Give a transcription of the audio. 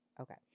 Okay